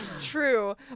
true